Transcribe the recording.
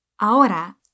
Ahora